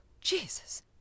Jesus